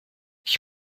ich